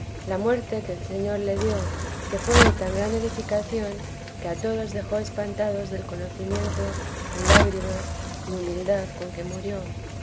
la muerte que el señor le dio que fué de tan gran edificación que a todos dejó espantados del conocimiento y lágrimas y humildad con que murió